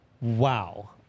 Wow